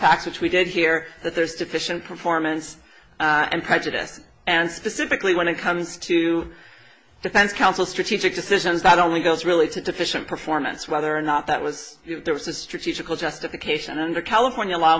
facts which we did hear that there's deficient performance and prejudice and specifically when it comes to defense counsel strategic decisions that only goes really to deficient performance whether or not that was there was a strategical justification under california law